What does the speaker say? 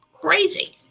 Crazy